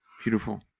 Beautiful